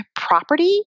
property